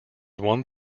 one